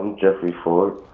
jeffery ford.